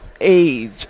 age